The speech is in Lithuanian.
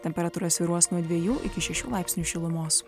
temperatūra svyruos nuo dviejų iki šešių laipsnių šilumos